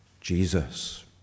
Jesus